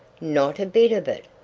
not a bit of it.